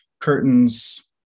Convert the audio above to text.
curtains